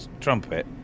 trumpet